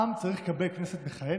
העם צריך לקבל כנסת מכהנת.